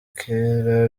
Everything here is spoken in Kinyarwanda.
kera